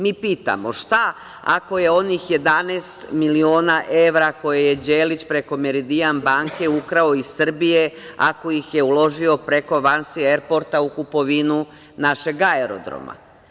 Mi pitamo – šta ako je onih 11 miliona evra, koje je Đelić preko „Meridian“ banke ukrao iz Srbije, ako ih je uložio preko "Vinci Airports" u kupovinu našeg aerodroma?